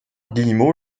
guillemot